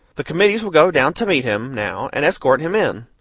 the committees will go down to meet him, now, and escort him in.